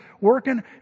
working